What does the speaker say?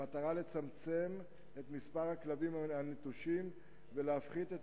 במטרה לצמצם את מספר הכלבים הנטושים ולהפחית את